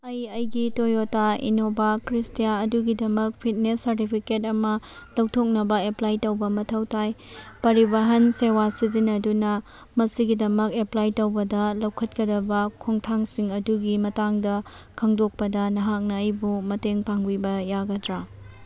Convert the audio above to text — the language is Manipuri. ꯑꯩ ꯑꯩꯒꯤ ꯇꯣꯌꯣꯇꯥ ꯏꯟꯅꯣꯕꯥ ꯀ꯭ꯔꯤꯁꯇꯥ꯭ꯌꯥ ꯑꯗꯨꯒꯤꯗꯃꯛ ꯐꯤꯠꯅꯦꯁ ꯁꯥꯔꯇꯤꯐꯤꯀꯦꯠ ꯑꯃ ꯂꯧꯊꯣꯛꯅꯕ ꯑꯦꯄ꯭ꯂꯥꯏ ꯇꯧꯕ ꯃꯊꯧ ꯇꯥꯏ ꯄꯔꯤꯕꯥꯍꯟ ꯁꯦꯋꯥ ꯁꯤꯖꯤꯟꯅꯗꯨꯅ ꯃꯁꯤꯒꯤꯗꯃꯛ ꯑꯦꯄ꯭ꯂꯥꯏ ꯇꯧꯕꯗ ꯂꯧꯈꯠꯀꯗꯕ ꯈꯣꯡꯊꯥꯡꯁꯤꯡ ꯑꯗꯨꯒꯤ ꯃꯇꯥꯡꯗ ꯈꯪꯗꯣꯛꯄꯗ ꯅꯍꯥꯛꯅ ꯑꯩꯕꯨ ꯃꯇꯦꯡ ꯄꯥꯡꯕꯤꯕ ꯌꯥꯒꯗ꯭ꯔ